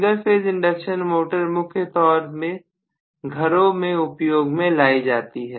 single phase induction motor मुख्य तौर से घरों में उपयोग में लाई जाती है